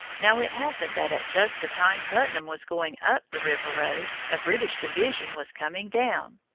now it happened that at just the time putnam was going up the river road, a british division was coming down.